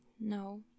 No